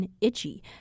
itchy